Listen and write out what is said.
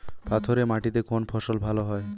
পাথরে মাটিতে কোন ফসল ভালো হয়?